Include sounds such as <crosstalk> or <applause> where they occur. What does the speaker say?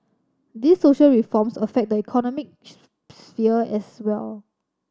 these social reforms affect the economic <unintelligible> sphere as well